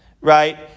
right